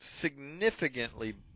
significantly